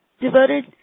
devoted